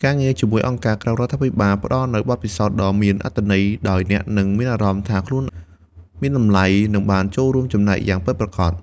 ការងារជាមួយអង្គការក្រៅរដ្ឋាភិបាល ផ្ដល់នូវបទពិសោធន៍ដ៏មានអត្ថន័យ ដោយអ្នកនឹងមានអារម្មណ៍ថាខ្លួនមានតម្លៃ និងបានរួមចំណែកយ៉ាងពិតប្រាកដ។